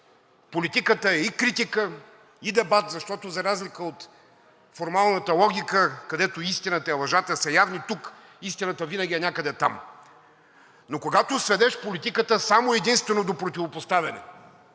Политиката е и критика, и дебат, защото за разлика от формалната логика, където истината и лъжата са явни, тук истината винаги е някъде там. Но когато сведеш политиката само и единствено до противопоставяне,